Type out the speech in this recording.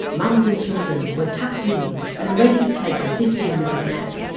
mums and children were tucked in and ready to take a fifteen minute nap.